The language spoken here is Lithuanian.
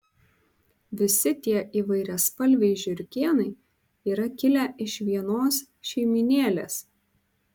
visi tie įvairiaspalviai žiurkėnai yra kilę iš vienos šeimynėlės